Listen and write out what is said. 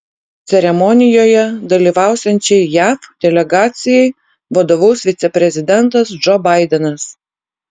ceremonijoje dalyvausiančiai jav delegacijai vadovaus viceprezidentas džo baidenas